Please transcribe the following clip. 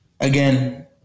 Again